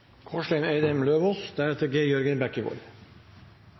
Kårstein Eidem Løvaas,